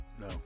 No